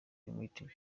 limited